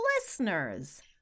listeners